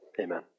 Amen